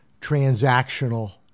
transactional